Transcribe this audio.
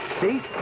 See